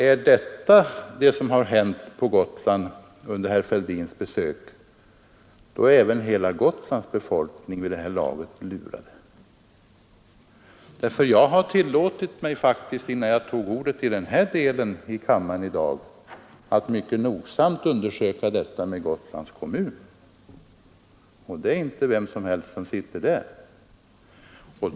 Är det vad som har hänt efter herr Fälldins besök där, då är även hela Gotlands befolkning lurad vid det här laget. Innan jag tog till orda i den här delen av debatten i dag undersökte jag faktiskt noga genom förfrågningar i Gotlands kommun hur det förhåller sig med detta. Det är inte vilka som helst som sitter i ledningen där.